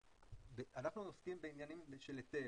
אנחנו עוסקים בעניינים של היטל,